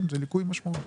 כן, זה ליקוי משמעותי.